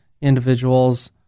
individual's